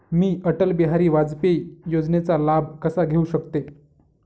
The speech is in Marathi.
मी अटल बिहारी वाजपेयी योजनेचा लाभ कसा घेऊ शकते?